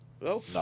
No